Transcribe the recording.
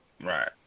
Right